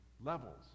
levels